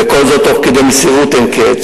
וכל זאת תוך כדי מסירות אין-קץ.